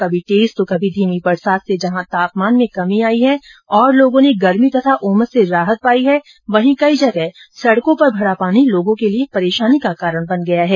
कभी तेज तो कभी धीमी बरसात से जहां तापमान में कमी आई है और लोगों को गर्मी तथा उमस से राहत मिली है वहीं कई जगह सडकों पर भरा पानी लोगों के लिये परेशानी का कारण बन गया है